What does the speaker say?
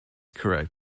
correct